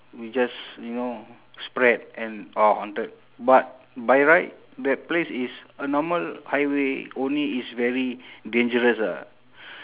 will just you know spread and orh haunted but by right that place is a normal highway only it's very dangerous ah